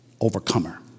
overcomer